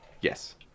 Yes